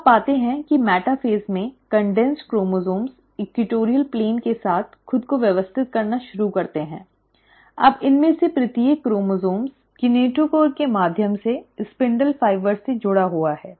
तो आप पाते हैं कि मेटाफ़ेज़ में संघनित क्रोमोसोम्स भूमध्य रेखा के साथ खुद को व्यवस्थित करना शुरू करते हैं और अब इनमें से प्रत्येक क्रोमोसोम्स कैनेटोचोर के माध्यम से स्पिंडल फाइबर से जुड़ा हुआ है